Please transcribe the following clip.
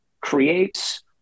creates